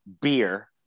beer